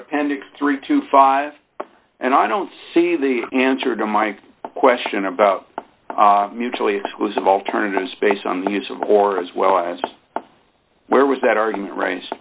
appendix three to five and i don't see the answer to my question about mutually exclusive alternative space on the use of or as well as where was that argument